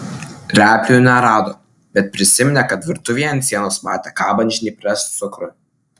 replių nerado bet prisiminė kad virtuvėje ant sienos matė kabant žnyples cukrui